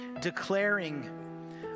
declaring